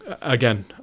Again